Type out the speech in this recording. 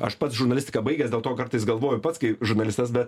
aš pats žurnalistiką baigęs dėl to kartais galvoju pats kaip žurnalistas bet